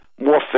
more